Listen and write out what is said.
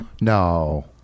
No